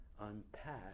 unpack